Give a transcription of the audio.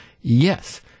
yes